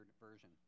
version